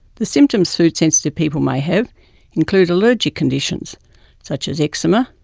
the symptoms food-sensitive people may have include allergic conditions such as eczema,